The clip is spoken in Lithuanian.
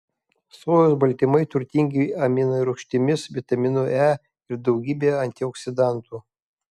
sojos baltymai turtingi aminorūgštimis vitaminu e ir daugybe antioksidantų